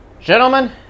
Gentlemen